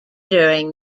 during